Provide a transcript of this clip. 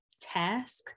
task